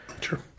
Sure